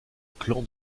clan